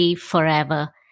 Forever